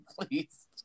Please